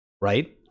right